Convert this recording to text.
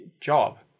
job